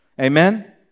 Amen